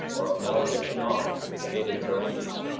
or of malediction on, the hated feringhees.